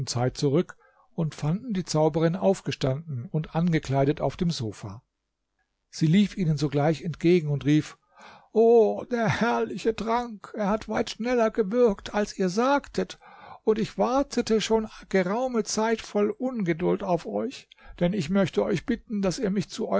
zeit zurück und fanden die zauberin aufgestanden und angekleidet auf dem sofa sie lief ihnen sogleich entgegen und rief o der herrliche trank er hat weit schneller gewirkt als ihr sagtet und ich wartete schon geraume zeit voll ungeduld auf euch denn ich möchte euch bitten daß ihr mich zu